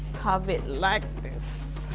have it like this.